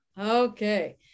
Okay